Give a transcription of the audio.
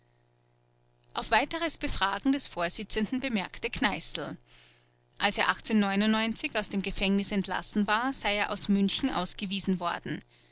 auf weiteres befragen des vorsitzenden bemerkte kneißl als er aus dem gefängnis entlassen war sei er aus münchen ausgewiesen worden